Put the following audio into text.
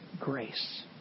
grace